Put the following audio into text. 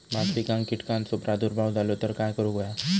भात पिकांक कीटकांचो प्रादुर्भाव झालो तर काय करूक होया?